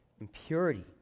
impurity